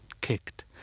kicked